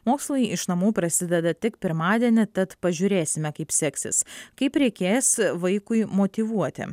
mokslai iš namų prasideda tik pirmadienį tad pažiūrėsime kaip seksis kaip reikės vaikui motyvuoti